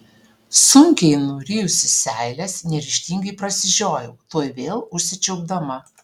sunkiai nurijusi seiles neryžtingai prasižiojau tuoj vėl užsičiaupdama